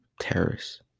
terrorists